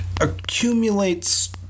accumulates